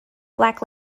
black